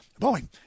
boeing